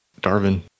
Darvin